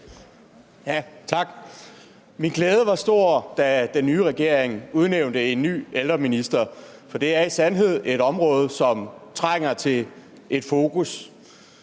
Min glæde var stor, da den nye regering udnævnte en ny ældreminister, for ældreområdet er i sandhed et område, som trænger til et fokus.